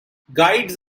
guides